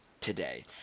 today